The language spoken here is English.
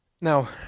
Now